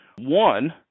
one